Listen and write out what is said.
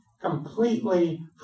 completely